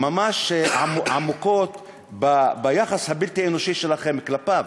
ממש עמוקים ביחס הבלתי-אנושי שלכם כלפיו.